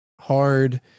hard